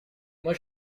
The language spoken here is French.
moi